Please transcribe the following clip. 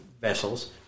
vessels